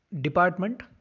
department